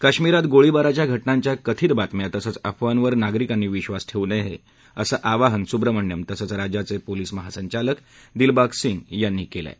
काश्मिरात गोळीबाराच्या घटनांच्या कथित बातम्या तसंच अफवावर नागरिकांनी विक्षास ठेवू नये असं आवाहन सुब्रमण्यम तसंच राज्याचे पोलिस महासंचालक दिलबाग सिंग यांनी केलं आहे